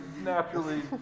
naturally